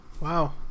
Wow